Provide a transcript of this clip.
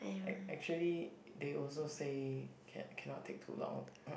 act~ actually they also say ca~ cannot take too long